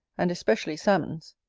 and especially salmons.